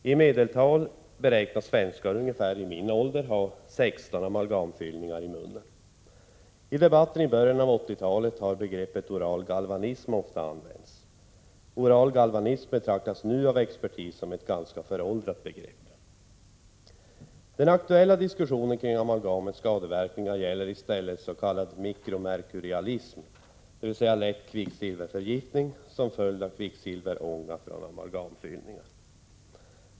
Svenskar i min ålder beräknas i medeltal ha ungefär 16 amalgamfyllningar i munnen. I debatten i början av 1980-talet har begreppet oral galvanism ofta använts. Oral galvanism betraktas nu av expertis som ett ganska föråldrat begrepp. Den aktuella diskussionen kring amalgamets skaderisker gäller i stället s.k. mikromerkurialism, dvs. lätt kvicksilverförgiftning som följd av kvicksilverånga från amalgamfyllningar.